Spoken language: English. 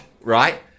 right